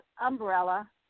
umbrella